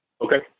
Okay